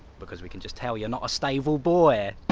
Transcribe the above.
because we can just tell you're not a stable boy.